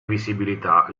visibilità